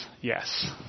yes